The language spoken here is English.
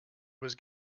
was